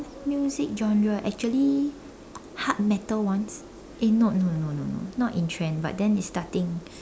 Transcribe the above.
music genre actually hard metal ones eh no no no no no not in trend but then it's starting